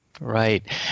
Right